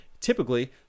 typically